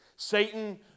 Satan